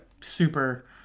super